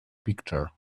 picture